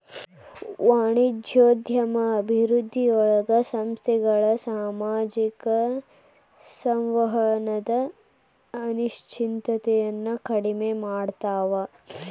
ವಾಣಿಜ್ಯೋದ್ಯಮ ಅಭಿವೃದ್ಧಿಯೊಳಗ ಸಂಸ್ಥೆಗಳ ಸಾಮಾಜಿಕ ಸಂವಹನದ ಅನಿಶ್ಚಿತತೆಯನ್ನ ಕಡಿಮೆ ಮಾಡ್ತವಾ